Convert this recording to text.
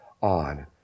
on